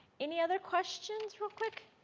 any other questions real quick.